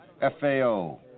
FAO